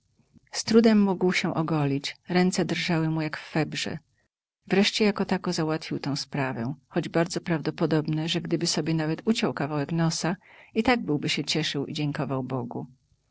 z trudem mógł się ogolić ręce drżały mu jak w febrze wreszcie jako tako załatwił tę sprawę choć bardzo prawdopodobne że gdyby sobie nawet uciął kawałek nosa i tak byłby się cieszył i dziękował bogu